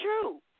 true